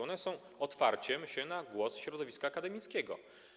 One są otwarciem się na głos środowiska akademickiego.